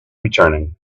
returning